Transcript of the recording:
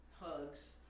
hugs